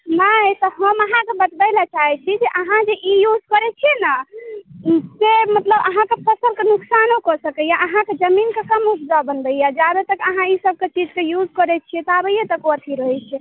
नहि तऽ हम अहाँके बतबै लए चाहै छी जे अहाँ जे ई यूज करै छियै ने से मतलब अहाँके फसलके नुकसानो कऽ सकैए अहाँके जमीनके कम उपजाऊ बनबैया जाबे तक अहाँ इसभके चीजके यूज करै छियै ताबैयै तक ओ अथी रहै छै